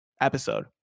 episode